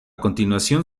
continuación